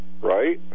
right